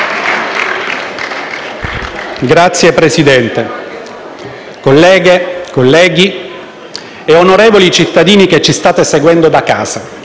Signor Presidente, colleghe, colleghi e onorevoli cittadini che ci state seguendo da casa,